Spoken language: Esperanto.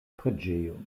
preĝejo